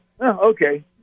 Okay